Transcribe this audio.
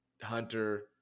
hunter